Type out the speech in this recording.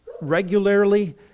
regularly